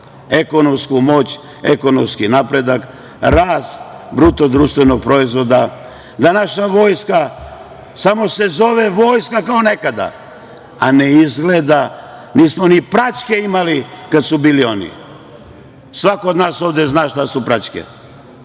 ekonomsku moć, ekonomski napredak, rast BDP, da naša vojska, samo se zove vojska kao nekada, a ne izgleda, nismo ni praćke imali kad su bili oni, svako od nas ovde zna šta su praćke,